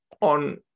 on